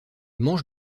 manche